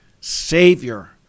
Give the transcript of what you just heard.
Savior